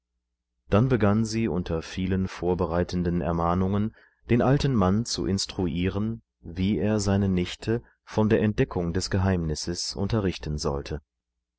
dann begann sie unter vielen vorbereitenden ermahnungen den alten mann zu instruieren wie er seine nichte von der entdeckung des geheimnisses unterrichten sollte